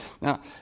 Now